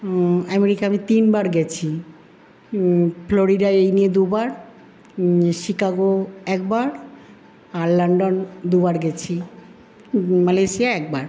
America আমি তিনবার গেছি ফ্লোরিডা এই নিয়ে দুবার শিকাগো একবার আর লন্ডন দুবার গেছি মালয়েশিয়া একবার